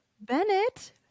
Bennett